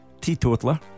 teetotaler